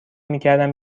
میکردم